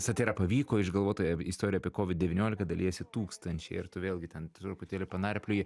satyra pavyko išgalvota istorija apie kovid devyniolika dalijasi tūkstančiai ir tu vėlgi ten truputėlį panarpliojai